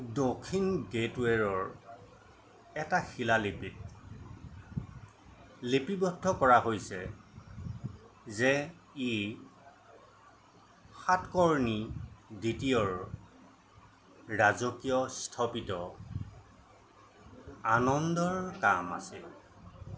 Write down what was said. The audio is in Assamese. দক্ষিণ গেটৱে'ৰৰ এটা শিলালিপিত লিপিবদ্ধ কৰা হৈছে যে ই সাতকৰ্ণী দ্বিতীয়ৰ ৰাজকীয় স্থপিত আনন্দৰ কাম আছিল